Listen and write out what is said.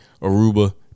aruba